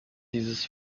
dieses